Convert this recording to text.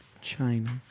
China